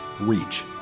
reach